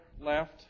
left